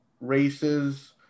races